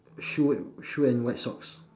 shoe and shoe and white socks